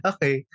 Okay